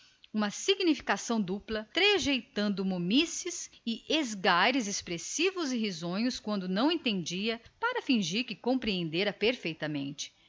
uma significação dupla trejeitando sorrisos e momices expressivas quando não entendia para fingir que compreendera perfeitamente